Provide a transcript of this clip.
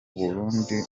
burundi